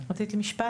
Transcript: רצית משפט?